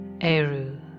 Eru